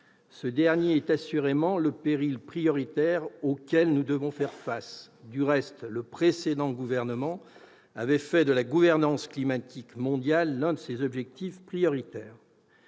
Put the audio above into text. climatique est assurément le péril auquel nous devons faire face en priorité. Du reste, le précédent gouvernement avait fait de la gouvernance climatique mondiale l'un de ses objectifs prioritaires.